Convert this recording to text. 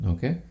Okay